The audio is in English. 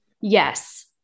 Yes